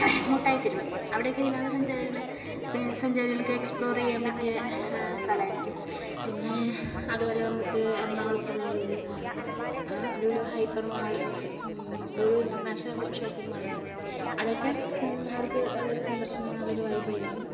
മുട്ടായി തെരുവ് അവിടെ ഒക്കെ വിനോദ സഞ്ചാരികൾ സഞ്ചാരികൾക്ക് എക്സ്പ്ലോർ ചെയ്യാൻ പറ്റിയ സ്ഥലമായിരിക്കും പിന്നെ അതുപോലെ നമുക്ക് എറണാകുളത്ത് ഉള്ള Lulu mall Lulu hyper mall Lulu international shopping മാളില്ലേ അതൊക്കെ അവർക്ക് അതായത് സന്ദർശിക്കാൻ നല്ലൊരു വൈബ് ആയിരിക്കും